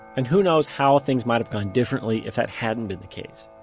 and who knows how things might have gone differently if that hadn't been the case.